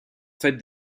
fait